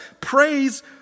Praise